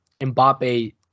Mbappe